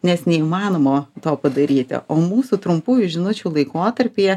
nes neįmanoma to padaryti o mūsų trumpųjų žinučių laikotarpyje